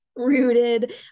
rooted